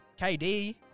KD